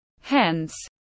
Hence